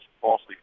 falsely